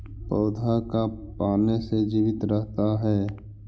पौधा का पाने से जीवित रहता है?